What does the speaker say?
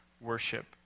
worship